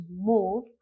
move